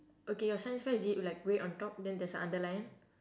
okay your science fair is it like way on top then there's a underline